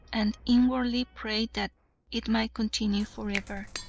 and inwardly prayed that it might continue forever.